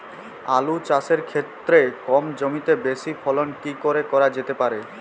আলু চাষের ক্ষেত্রে কম জমিতে বেশি ফলন কি করে করা যেতে পারে?